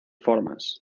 formas